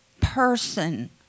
person